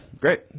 great